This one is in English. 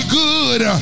good